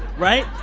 right?